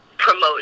promote